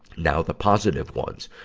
now, the positive ones.